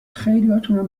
خیلیاتونم